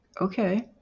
okay